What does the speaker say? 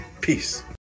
Peace